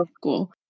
school